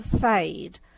fade